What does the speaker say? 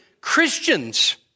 Christians